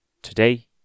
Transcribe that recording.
Today